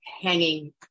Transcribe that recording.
hanging